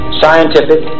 scientific